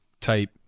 type